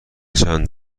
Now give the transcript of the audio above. چند